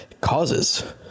causes